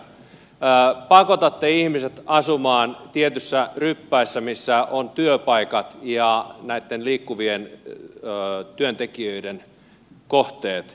pakotatte ihmiset asumaan tietyissä ryppäissä missä on työpaikat ja näitten liikkuvien työntekijöiden kohteet